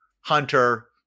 hunter